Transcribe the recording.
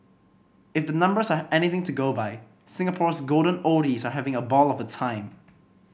if the numbers are anything to go by Singapore's golden oldies are having a ball of a time